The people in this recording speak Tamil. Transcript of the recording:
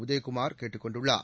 உதயகுமார் கேட்டுக் கொண்டுள்ளார்